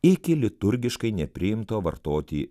iki liturgiškai nepriimto vartoti